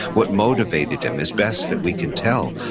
what motivated him, as best that we can tell,